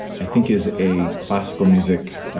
i think is a classical music